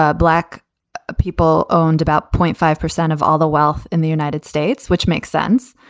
ah black people owned about point five percent of all the wealth in the united states. which makes sense.